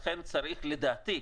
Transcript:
לכן צריך, לדעתי,